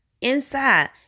inside